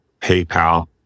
PayPal